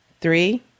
Three